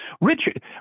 Richard